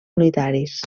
unitaris